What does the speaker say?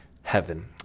heaven